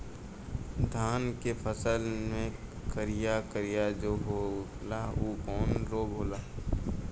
धान के फसल मे करिया करिया जो होला ऊ कवन रोग ह?